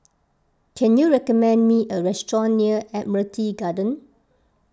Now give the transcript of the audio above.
can you recommend me a restaurant near Admiralty Garden